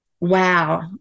wow